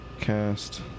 Cast